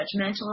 judgmental